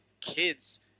kids